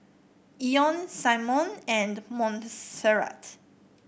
Ione Symone and Monserrat